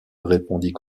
répondit